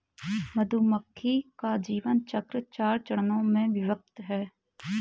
मधुमक्खी का जीवन चक्र चार चरणों में विभक्त है